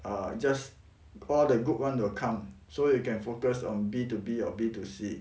err just all the good [one] will come so you can focus on B two B or B two C